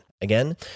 Again